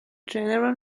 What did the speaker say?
general